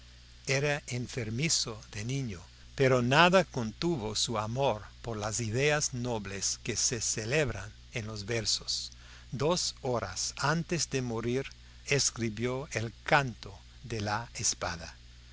era enfermizo de niño pero nada contuvo su amor por las ideas nobles que se celebran en los versos dos horas antes de morir escribió el canto de la espada